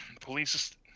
Police